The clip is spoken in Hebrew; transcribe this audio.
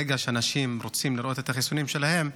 ברגע שאנשים רוצים לראות את החיסונים שלהם,